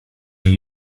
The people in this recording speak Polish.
mnie